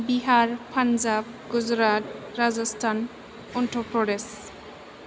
Bihar Punjab Gujarat Rajasthan Andhra Pradesh